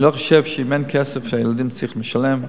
אני לא חושב שאם אין כסף, הילדים צריכים לשלם.